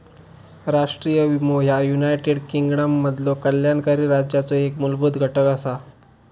राष्ट्रीय विमो ह्या युनायटेड किंगडममधलो कल्याणकारी राज्याचो एक मूलभूत घटक असा